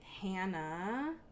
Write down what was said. hannah